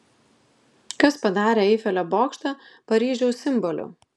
kas padarė eifelio bokštą paryžiaus simboliu